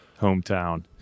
hometown